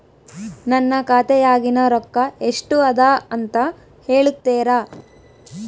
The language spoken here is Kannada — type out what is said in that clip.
ನನ್ನ ಖಾತೆಯಾಗಿನ ರೊಕ್ಕ ಎಷ್ಟು ಅದಾ ಅಂತಾ ಹೇಳುತ್ತೇರಾ?